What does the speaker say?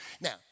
Now